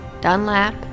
Dunlap